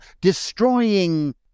destroying